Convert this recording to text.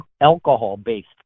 alcohol-based